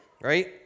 right